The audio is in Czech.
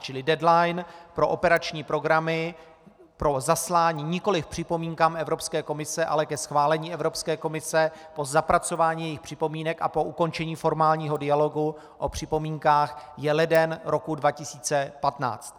Čili deadline pro operační programy pro zaslání, nikoli k připomínkám Evropské komise, ale ke schválení Evropské komise po zapracování jejich připomínek a po ukončení formálního dialogu o připomínkách, je leden roku 2015.